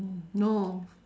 mm no